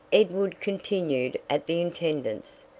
edward continued at the intendant's,